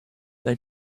they